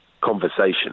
conversation